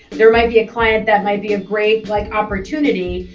there might be a client that might be a great like opportunity,